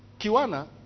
Kiwana